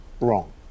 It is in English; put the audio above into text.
wrong